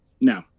No